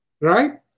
right